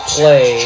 play